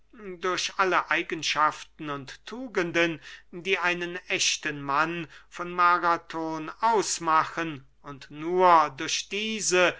durch alle eigenschaften und tugenden die einen echten mann von marathon ausmachen und nur durch diese